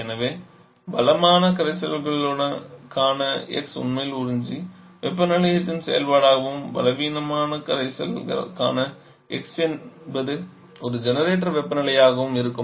எனவே பலமான கரைசல்களுக்கான x உண்மையில் உறிஞ்சி வெப்பநிலையின் செயல்பாடாகவும் பலவீனமான கரைசல்களுக்கான x என்பது ஒரு ஜெனரேட்டர் வெப்பநிலையாகவும் இருக்கும்